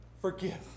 forgive